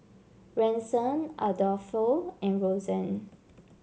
Ransom Adolfo and Rosanne